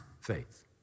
faith